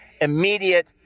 immediate